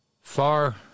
far